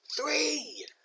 Three